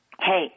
hey